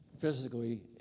physically